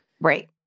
Right